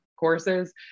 courses